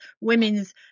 women's